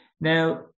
Now